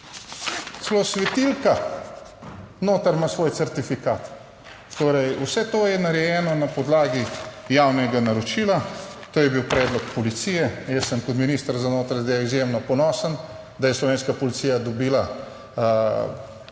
celo svetilka noter ima svoj certifikat. Torej, vse to je narejeno na podlagi javnega naročila. To je bil predlog policije. Jaz sem kot minister za notranje zadeve izjemno ponosen, da je slovenska policija dobila